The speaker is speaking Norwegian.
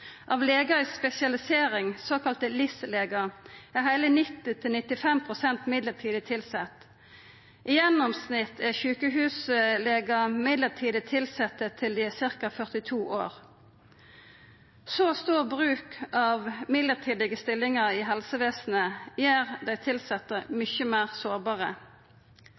Av legar i spesialisering, såkalte LIS-legar, er heile 90–95 pst. midlertidig tilsette. I gjennomsnitt er sjukehuslegar midlertidig tilsette til dei er ca. 42 år. Så stor bruk av midlertidige stillingar i helsevesenet gjer dei tilsette mykje meir sårbare.